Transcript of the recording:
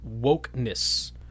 wokeness